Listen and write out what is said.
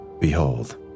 Behold